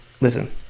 listen